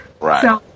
right